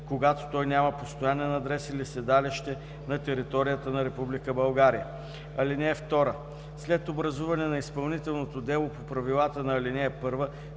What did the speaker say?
когато той няма постоянен адрес или седалище на територията на Република България. (2) След образуване на изпълнителното дело по правилата на ал. 1